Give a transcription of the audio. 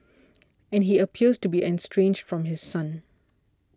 and he appears to be estranged from his son